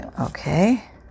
Okay